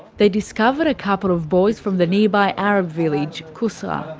they discovered a couple of boys from the nearby arab village kusra.